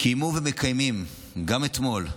קיימו ומקיימים, גם אתמול,